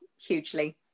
hugely